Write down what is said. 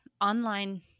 online